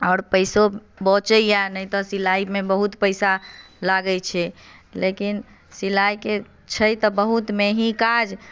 आओर पैसो बचैए नहि तऽ सिलाइमे बहुत पैसा लागैत छै लेकिन सिलाइके छै तऽ बहुत मेहीँ काज